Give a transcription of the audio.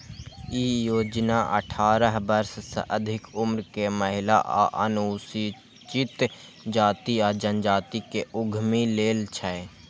ई योजना अठारह वर्ष सं अधिक उम्र के महिला आ अनुसूचित जाति आ जनजाति के उद्यमी लेल छै